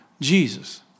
Jesus